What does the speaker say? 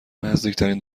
نزدیکترین